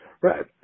Right